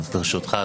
ברשותך,